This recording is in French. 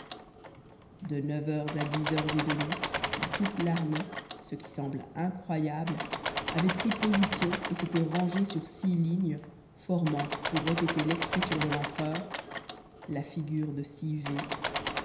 de neuf heures à dix heures et demie toute l'armée ce qui semble incroyable avait pris position et s'était rangée sur six lignes formant pour répéter l'expression de l'empereur la figure de six v